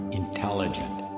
intelligent